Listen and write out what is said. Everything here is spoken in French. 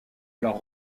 alors